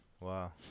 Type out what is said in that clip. Wow